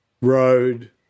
road